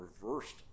reversed